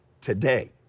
today